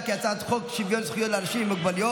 חברת הכנסת מירב כהן,